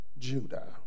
Judah